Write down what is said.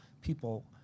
people